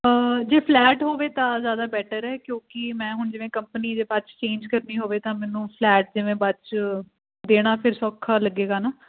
ਜੇ ਫਲੈਟ ਹੋਵੇ ਤਾਂ ਜ਼ਿਆਦਾ ਬੈਟਰ ਐ ਕਿਉਂਕਿ ਮੈਂ ਹੁਣ ਜਿਵੇਂ ਕੰਪਨੀ ਜੇ ਬਾਅਦ 'ਚ ਚੇਂਜ ਕਰਨੀ ਹੋਵੇ ਤਾਂ ਮੈਨੂੰ ਫਲੈਟ ਜਿਵੇਂ ਬਾਅਦ 'ਚ ਦੇਣਾ ਫਿਰ ਸੌਖਾ ਲੱਗੇਗਾ ਨਾ